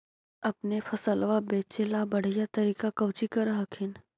अपने फसलबा बचे ला बढ़िया तरीका कौची कर हखिन?